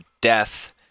DEATH